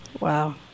Wow